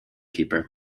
keeper